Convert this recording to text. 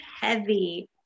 heavy